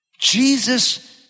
Jesus